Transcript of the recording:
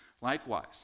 Likewise